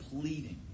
pleading